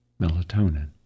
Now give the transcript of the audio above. melatonin